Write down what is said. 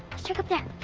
let's check up there.